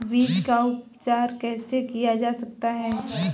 बीज का उपचार कैसे किया जा सकता है?